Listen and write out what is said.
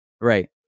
Right